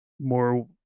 more